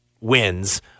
wins